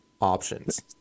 options